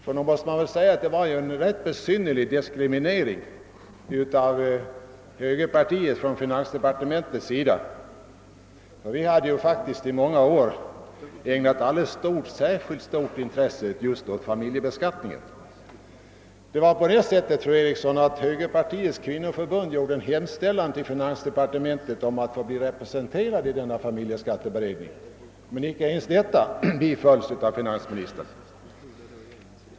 Nog var det väl en besynnerlig diskriminering av högern från finansdepartementets sida. Vi hade ju i många år ägnat särskilt stort intresse just åt familjebeskattningen. Högerpartiets kvinnoförhund gjorde en hemställan till finansdepartementet om att få bli representerat i familjeskatteberedningen, men detta bifölls icke av finansministern.